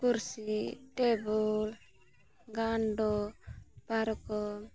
ᱠᱩᱨᱥᱤ table ᱜᱟᱱᱰᱳ ᱯᱟᱨᱠᱚᱢ